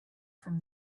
from